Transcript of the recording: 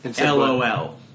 LOL